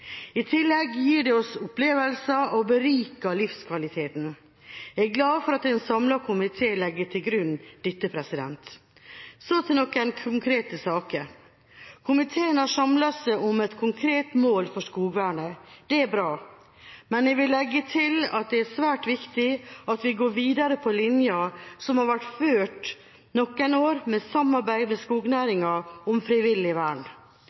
I tillegg gir det oss opplevelser og beriker livskvaliteten. Jeg er glad for at en samlet komité legger dette til grunn. Så til noen konkrete saker. Komiteen har samlet seg om et konkret mål for skogvernet. Det er bra. Men jeg vil legge til at det er svært viktig at vi går videre på linja som har vært ført noen år, med samarbeid med skognæringen om frivillig vern.